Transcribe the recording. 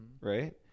right